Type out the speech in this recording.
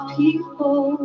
people